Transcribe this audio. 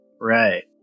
Right